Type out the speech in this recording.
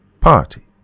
Party